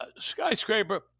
skyscraper